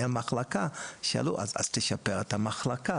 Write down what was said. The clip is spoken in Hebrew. מחלקה ואמרו לי "אז תשפר את המחלקה,